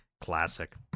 Classic